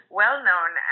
well-known